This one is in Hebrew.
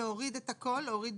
אנחנו רוצים להוריד את הכול ולעשות